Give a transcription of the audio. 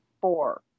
four